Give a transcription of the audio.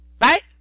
right